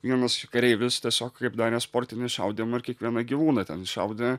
vienas kareivis tiesiog kaip darė sportinį šaudymą ir kiekvieną gyvūną ten šaudė